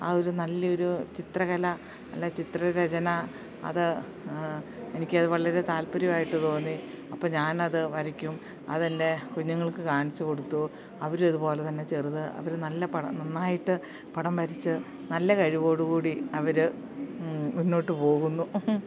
ആ ഒരു നല്ലൊരു ചിത്രകല അല്ല ചിത്രരചന അത് എനിക്കത് വളരെ താല്പര്യമായിട്ടു തോന്നി അപ്പം ഞാനത് വരയ്ക്കും അതെൻ്റെ കുഞ്ഞുങ്ങൾക്ക് കാണിച്ചു കൊടുത്തു അവരിതു പോലെ തന്നെ ചെറുത് അവർ നല്ല പടം നന്നായിട്ട് പടം വരച്ച് നല്ല കഴിവോടു കൂടി അവർ മുന്നോട്ടു പോകുന്നു